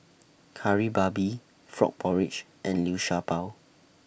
Kari Babi Frog Porridge and Liu Sha Bao